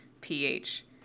pH